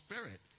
spirit